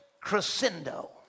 crescendo